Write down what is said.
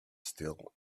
still